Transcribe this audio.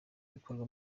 bikorwa